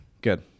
Good